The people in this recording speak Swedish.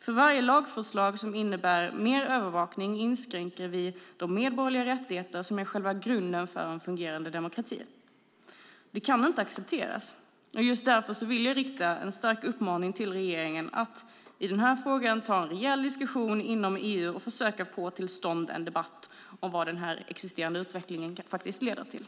För varje lagförslag som innebär mer övervakning inskränker vi de medborgerliga rättigheter som är själva grunden för en fungerande demokrati. Det kan inte accepteras. Just därför vill jag rikta en stark uppmaning till regeringen att i denna fråga ta en rejäl diskussion i EU och försöka få till stånd en debatt om vad den existerande utvecklingen faktiskt leder till.